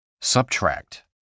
Subtract